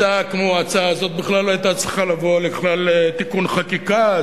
הצעה כמו הצעה זו בכלל לא היתה צריכה לבוא לכלל תיקון חקיקה.